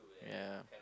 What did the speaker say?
ya